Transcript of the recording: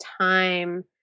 time